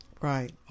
right